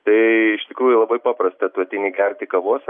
tai iš tikrųjų labai paprasta tu ateini gerti kavos